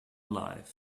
alive